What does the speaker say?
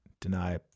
deny